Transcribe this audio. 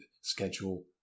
schedule